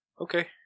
Okay